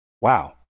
wow